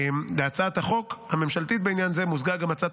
להצעת החוק הממשלתית בעניין זה מוזגה גם הצעת